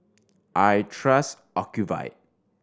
I trust Ocuvite